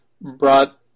brought